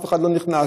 ואף אחד לא נכנס,